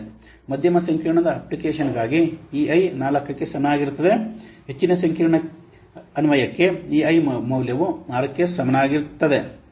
ಮಧ್ಯಮ ಸಂಕೀರ್ಣ ಅಪ್ಲಿಕೇಶನ್ಗಾಗಿ EI 4 ಕ್ಕೆ ಸಮಾನವಾಗಿರುತ್ತದೆ ಹೆಚ್ಚಿನ ಸಂಕೀರ್ಣ ಅನ್ವಯಕ್ಕೆ EI ಮೌಲ್ಯವು 6 ಕ್ಕೆ ಸಮಾನವಾಗಿರುತ್ತದೆ